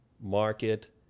market